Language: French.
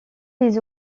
les